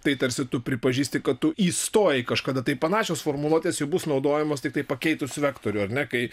tai tarsi tu pripažįsti kad tu įstojai kažkada tai panašios formuluotės jau bus naudojamos tiktai pakeitus vektorių ar ne kai